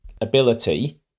ability